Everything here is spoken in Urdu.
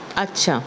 اچھا